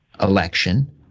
election